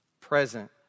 present